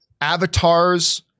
Avatars